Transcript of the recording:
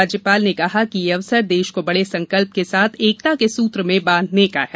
राज्यपाल ने कहा कि यह अवसर देश को बड़े संकल्प के साथ एकता के सूत्र में बांधने का है